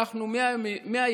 אנחנו 100 ימים